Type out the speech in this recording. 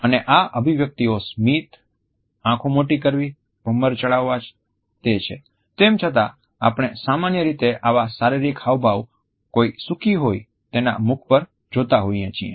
અને આ અભિવ્યક્તિઓ સ્મિત આંખો મોટી કરવી ભમર ચળાવવા છે તેમ છતાં આપણે સામાન્ય રીતે આવા શારીરિક હાવભાવ કોઈ સુખી હોય તેના મુખ પર જોતા હોઈએ છીએ